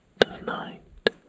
Tonight